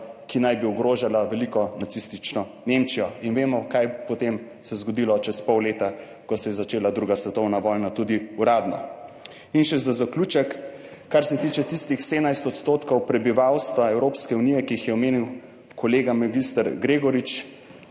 ki naj bi ogrožala veliko nacistično Nemčijo in vemo kaj potem se je zgodilo čez pol leta, ko se je začela druga svetovna vojna, tudi uradno. In še za zaključek, kar se tiče tistih 17 % prebivalstva Evropske unije, ki jih je omenil kolega mag. Gregorič.